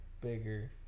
bigger